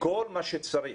כל מה שצריך